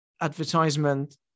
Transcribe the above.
advertisement